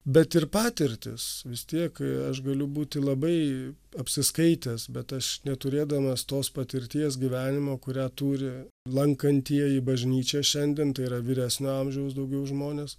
bet ir patirtis vis tiek kai aš galiu būti labai apsiskaitęs bet ąš neturėdamas tos patirties gyvenimo kurią turi lankantieji bažnyčią šiandien tai yra vyresnio amžiaus daugiau žmonės